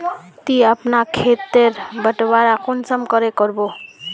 ती अपना खेत तेर बटवारा कुंसम करे करबो?